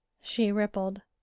she rippled,